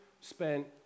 spent